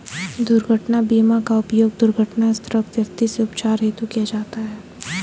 दुर्घटना बीमा का उपयोग दुर्घटनाग्रस्त व्यक्ति के उपचार हेतु किया जाता है